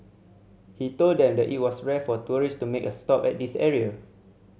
he told them that it was rare for tourist to make a stop at this area